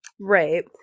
Right